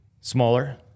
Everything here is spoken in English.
smaller